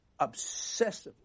obsessively